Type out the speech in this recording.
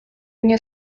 nie